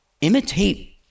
imitate